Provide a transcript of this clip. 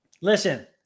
Listen